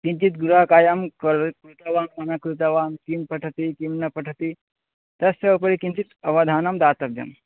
किञ्चिद् गृहकार्यं करोति कृतवान् सम्यक् कृतवान् किं पठति किं न पठति तस्य उपरि किञ्चित् अवधानं दातव्यं